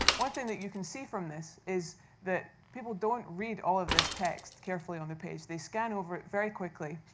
one thing that you can see from this is that people don't read all of this text, carefully, on the page. they scan over it very quickly.